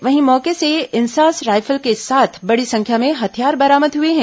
वहीं मौके से इंसास रायफल के साथ बड़ी संख्या में हथियार बरामद हुए हैं